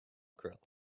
grill